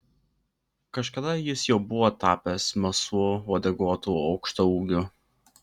kažkada jis jau buvo tapęs melsvu uodeguotu aukštaūgiu